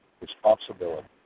responsibility